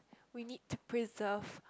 we need to preserve